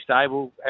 stable